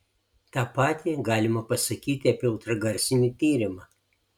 tą patį galima pasakyti apie ultragarsinį tyrimą